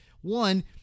one